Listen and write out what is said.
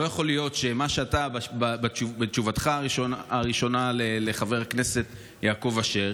לא יכול להיות שבתשובתך הראשונה לחבר הכנסת יעקב אשר